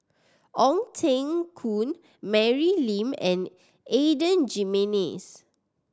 Ong Teng Koon Mary Lim and Adan Jimenez